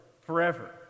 forever